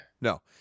No